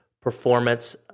performance